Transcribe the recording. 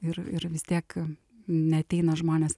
ir ir vis tiek neateina žmonės